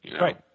Right